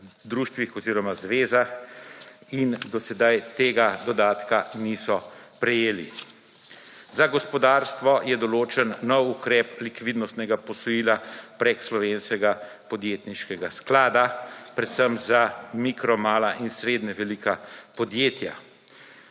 društvih oziroma zvezah in do sedaj tega dodatka niso prejeli. Za gospodarstvo je določen nov ukrep likvidnostnega posojila preko slovenskega podjetniškega sklada, predvsem za mikro, mala in srednje velika podjetja.